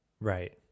Right